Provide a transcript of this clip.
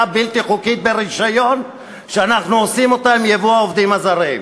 הבלתי-חוקית ברישיון שאנחנו עושים עם ייבוא העובדים הזרים.